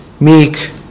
meek